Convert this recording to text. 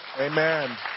Amen